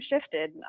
shifted